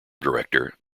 director